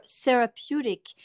therapeutic